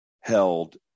held